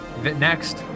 next